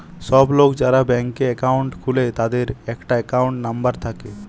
সব লোক যারা ব্যাংকে একাউন্ট খুলে তাদের একটা একাউন্ট নাম্বার থাকে